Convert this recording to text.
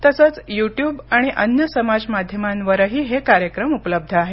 तसंच YouTube आणि अन्य समाजमाध्यमांवरही हे कार्यक्रम उपलब्ध आहेत